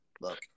Look